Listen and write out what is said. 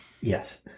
Yes